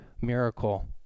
miracle